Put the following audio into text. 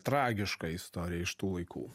tragiška istorija iš tų laikų